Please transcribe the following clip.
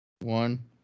One